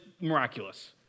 miraculous